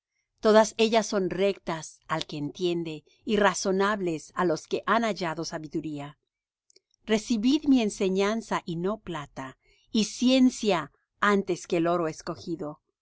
todas ellas son rectas al que entiende y razonables á los que han hallado sabiduría recibid mi enseñanza y no plata y ciencia antes que el oro escogido